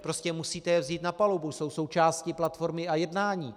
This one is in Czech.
Prostě musíte je vzít na palubu, jsou součástí platformy a jednání.